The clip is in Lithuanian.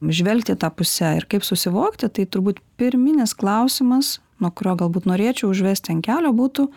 žvelgti ta puse ir kaip susivokti tai turbūt pirminis klausimas nuo kurio galbūt norėčiau užvesti ant kelio būtų